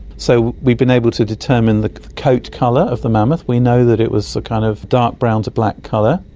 so we've been able to determine the coat colour of the mammoth, we know that it was a kind of dark brown to black colour,